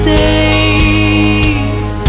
days